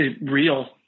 real